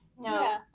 no